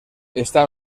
está